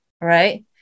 right